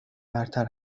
برتر